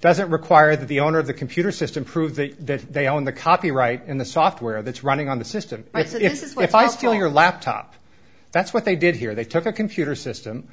doesn't require that the owner of the computer system prove that they own the copyright in the software that's running on the system it's if i steal your laptop that's what they did here they took a computer system